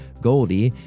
Goldie